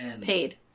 paid